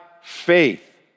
faith